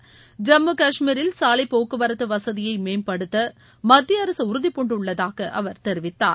ஐம்மு காஷ்மீரில் சாலைப்போக்குவரத்து வசதியை மேம்படுத்த மத்திய அரசு உறுதிபூண்டுள்ளதாக அவர் தெரிவித்தார்